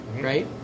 Right